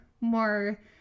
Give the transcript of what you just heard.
more